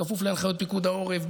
בכפוף להנחיות פיקוד העורף,